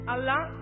Allah